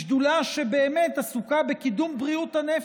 בשדולה שעסוקה בקידום בריאות הנפש,